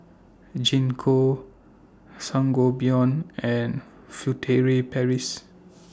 Gingko Sangobion and Furtere Paris